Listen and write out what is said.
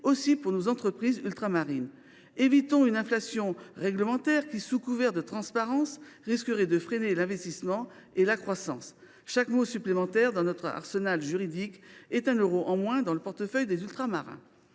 aussi à nos entreprises ultramarines. Évitons une inflation réglementaire qui, sous couvert de transparence, risquerait de freiner l’investissement et la croissance. Chaque mot supplémentaire dans notre arsenal juridique est un euro en moins dans le portefeuille des Ultramarins.